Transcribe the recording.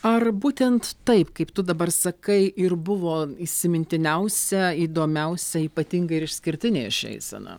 ar būtent taip kaip tu dabar sakai ir buvo įsimintiniausia įdomiausia ypatinga ir išskirtinė ši eisena